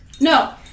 no